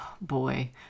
boy